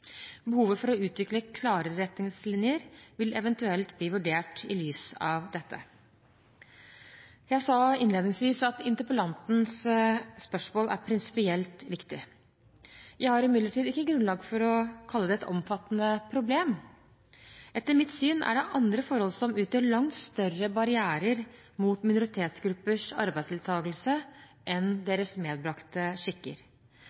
Behovet for å utvikle klarere retningslinjer vil eventuelt bli vurdert i lys av dette. Jeg sa innledningsvis at interpellantens spørsmål er prinsipielt viktig. Jeg har imidlertid ikke grunnlag for å kalle det et omfattende problem. Etter mitt syn er det andre forhold som utgjør langt større barrierer mot minoritetsgruppers arbeidsdeltakelse enn deres medbrakte skikker.